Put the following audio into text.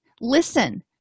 Listen